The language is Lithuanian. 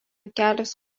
kelios